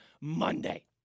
Monday